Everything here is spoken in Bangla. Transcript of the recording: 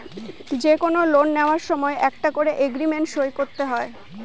যে কোনো লোন নেওয়ার সময় একটা করে এগ্রিমেন্ট সই করা হয়